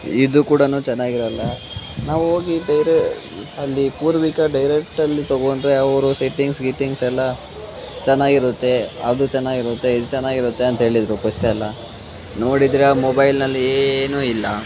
ಇದು ಕೂಡ ಚನ್ನಾಗಿರಲ್ಲ ನಾವು ಹೋಗಿ ಡೈರೆ ಅಲ್ಲಿ ಪೂರ್ವಿಕ ಡೈರೆಕ್ಟಲ್ಲಿ ತಗೊಂಡರೆ ಅವರು ಸೆಟ್ಟಿಂಗ್ಸ್ ಗಿಟಿಂಗ್ಸ್ ಎಲ್ಲ ಚೆನ್ನಾಗಿರುತ್ತೆ ಅದು ಚೆನ್ನಾಗಿರುತ್ತೆ ಇದು ಚೆನ್ನಾಗಿರುತ್ತೆ ಅಂತ ಹೇಳಿದರು ಪಷ್ಟೆಲ್ಲ ನೋಡಿದರೆ ಆ ಮೊಬೈಲ್ನಲ್ಲಿ ಏನು ಇಲ್ಲ